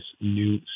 new